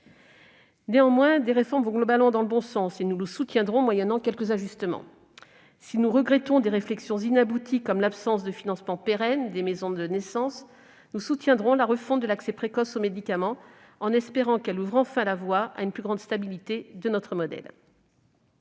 Certaines réformes vont néanmoins dans le bon sens ; nous les soutiendrons, moyennant quelques ajustements. Si nous regrettons des réflexions inabouties, comme l'absence de financement pérenne des maisons de naissance, nous sommes favorables à la refonte de l'accès précoce aux médicaments et nous espérons qu'elle ouvrira enfin la voie à une plus grande stabilité de notre modèle.